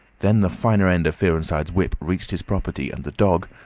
then the finer end of fearenside's whip reached his property, and the dog,